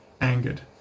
angered